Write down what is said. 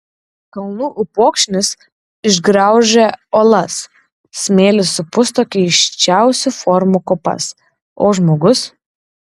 kalnų upokšnis išgraužia uolas smėlis supusto keisčiausių formų kopas o žmogus